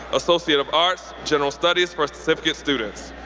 associate of arts, general studies for certificate students.